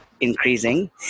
increasing